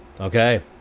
Okay